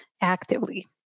actively